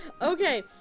Okay